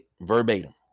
verbatim